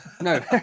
No